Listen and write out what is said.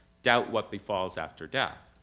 doubt what befalls after death.